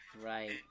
Right